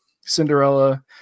Cinderella